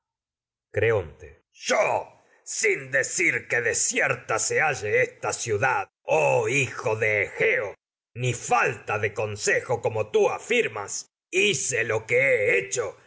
do mal creonte yo sin decir que desierta se halle esta ciudad afirmas oh hijo de egeo hice se ni falta de consejo como tú lo que he hecho